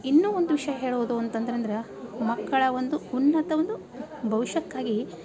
ಇನ್ನೂ ಒಂದು ವಿಷಯ ಹೇಳೋದು ಅಂತಂದ್ರಂದ್ರೆ ಮಕ್ಕಳ ಒಂದು ಉನ್ನತ ಒಂದು ಭವಿಷ್ಯಕ್ಕಾಗಿ